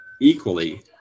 equally